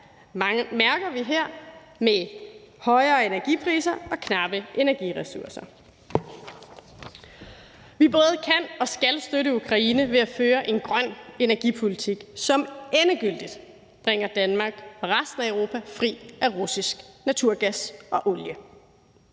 land mærker vi her med højere energipriser og knappe energiressourcer. Vi både kan og skal støtte Ukraine ved at føre en grøn energipolitik, som endegyldigt bringer Danmark og resten af Europa fri af russisk naturgas og olie,